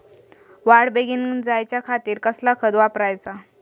वाढ बेगीन जायच्या खातीर कसला खत वापराचा?